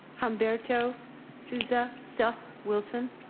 humberto souza, seth wilson?